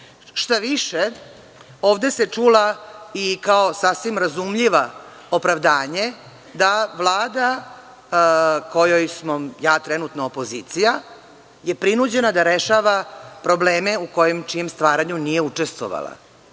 Šta više, ovde se čulo i kao sasvim razumljivo opravdanje da Vlada, kojoj sam ja trenutno opozicija, je prinuđena da rešava probleme u čijem stvaranju nije učestvovala.I